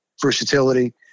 versatility